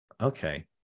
okay